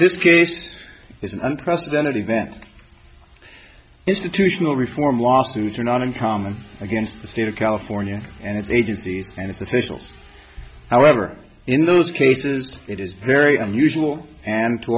this case is an unprecedented event institutional reform lawsuits are not uncommon against the state of california and its agencies and its officials however in those cases it is very unusual and t